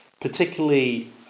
particularly